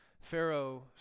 Pharaoh